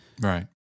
Right